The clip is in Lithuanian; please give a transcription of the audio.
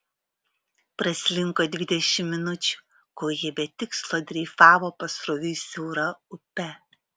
praslinko dvidešimt minučių kol jie be tikslo dreifavo pasroviui siaura upe